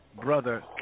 Brother